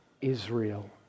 Israel